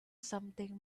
something